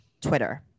Twitter